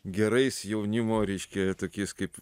gerais jaunimo reiškia tokiais kaip